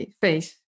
face